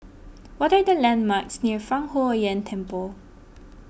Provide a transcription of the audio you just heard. what are the landmarks near Fang Huo Yuan Temple